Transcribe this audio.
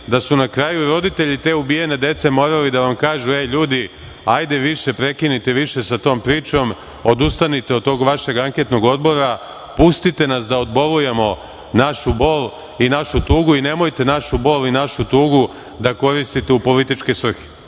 da su na kraju i roditelji te ubijene dece morali da vam kažu – e, ljudi, hajde više prekinite sa tom pričom, odustanite od toga vašeg anketnog odbora, pustite nas da odbolujemo našu bol i našu tugu i nemojte našu bol i našu tugu da koristite u političke svrhe.